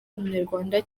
umunyarwanda